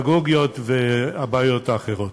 הפדגוגיות והבעיות האחרות.